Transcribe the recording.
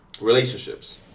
Relationships